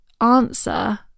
answer